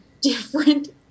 different